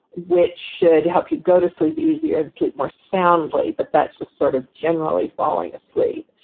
which should help you go to sleep easier and sleep more soundly, but that's just sort of generally falling asleep.